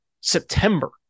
September